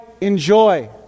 enjoy